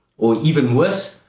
or even worse,